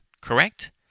Correct